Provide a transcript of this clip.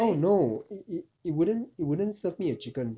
oh no it it wouldn't it wouldn't serve me a chicken